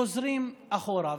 חוזרים אחורה.